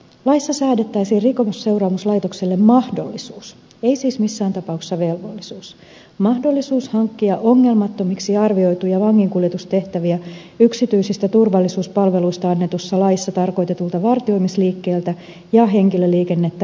laissa säädettäisiin rikosseuraamuslaitokselle mahdollisuus ei siis missään tapauksessa velvollisuus hankkia ongelmattomiksi arvioituja vanginkuljetustehtäviä yksityisistä turvallisuuspalveluista annetussa laissa tarkoitetulta vartioimisliikkeeltä ja henkilöliikennettä harjoittavalta yritykseltä